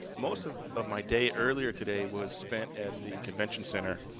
most of ah my day earlier today was spent at the convention center.